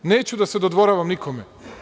Neću da se dodvoravam nikome.